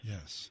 Yes